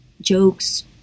jokes